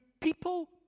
people